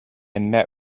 met